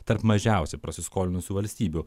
tarp mažiausiai prasiskolinusių valstybių